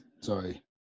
sorry